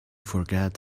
forget